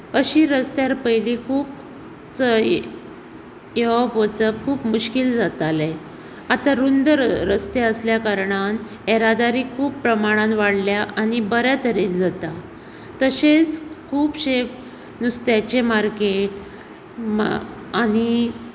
अशीर रस्त्यार पयलीं खूब येवप वचप अशें खूब मुश्किल जातालें आतां रुंद रस्ते आसल्या कारणान येरादारी खूब प्रमाणान वाडल्या आनी बऱ्या तरेन जाता तशेंच खुबशे नुस्त्याचें मार्केट आनी